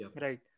right